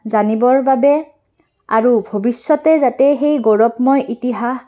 জানিবৰ বাবে আৰু ভৱিষ্যতে যাতে সেই গৌৰৱময় ইতিহাস